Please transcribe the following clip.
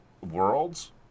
Worlds